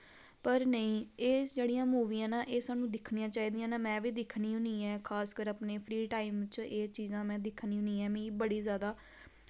पर नेईं एह् जेह्ड़ियां मूवियां नै एह् साह्नू दिक्खनियां चाहिदियां नै मैं बी दिक्खनी होन्नी ऐं खासकर अपने फ्री टाईम च एह् चीजां मैं दिक्खनी होन्नी ऐं मिगी बड़ी जैदा